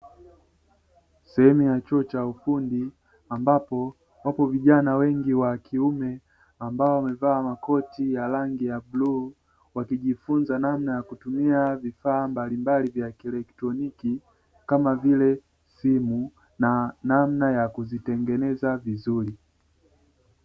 Sehemu ya chuo cha ufundi, ambapo wapo vijana wengi wa kiume, ambao wamevaa makoti ya rangi ya bluu, wakijifunza namna ya kutumia vifaa mbalimbali vya kielektroniki, kama vile: simu na namna ya kuzitengeneza vizuri.